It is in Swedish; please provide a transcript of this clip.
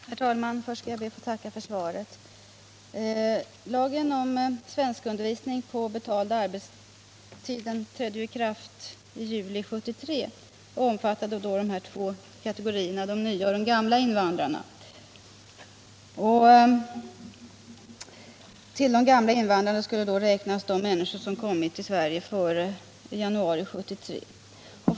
Herr talman! Först skall jag be att få tacka för svaret. Lagen om svenskundervisning på betald arbetstid, som trädde i kraft den 1 juli 1973, omfattar två kategorier invandrare: dels ”nya”, dels ”gamla” invandrare. Som gamla invandrare räknas de människor som kommit till Sverige före januari 1973.